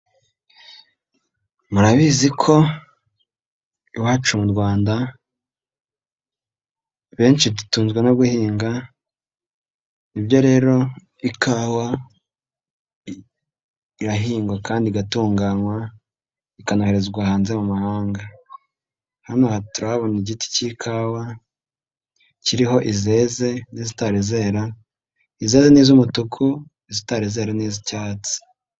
Murabizi ko iwacu mu Rwanda benshi dutunzwe no guhinga, ni byo rero ikawa irahingwa kandi igatunganywa, ikanoherezwa hanze mu mahanga. Hano turahabona igiti cy'ikawa kiriho izeze n'izitari zera, izeze n'iz'umutuku izitari zera n'iz'icyatsi.